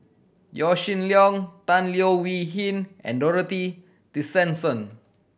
Yaw Shin Leong Tan Leo Wee Hin and Dorothy Tessensohn